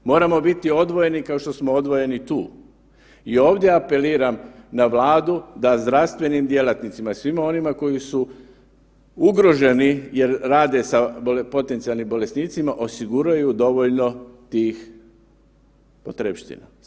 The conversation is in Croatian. Moramo biti odvojeni, ako što smo odvojeni tu i ovdje apeliram na Vladu da zdravstvenim djelatnicima, svima onima koji su ugroženi jer rade sa potencijalnim bolesnicima, osiguraju dovoljno tih potrepština.